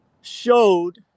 showed